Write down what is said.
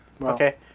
Okay